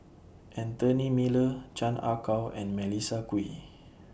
Anthony Miller Chan Ah Kow and Melissa Kwee